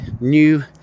new